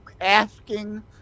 asking